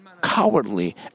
cowardly